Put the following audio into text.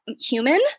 human